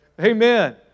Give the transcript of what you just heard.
Amen